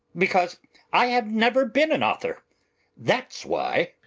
because i have never been an author that's why.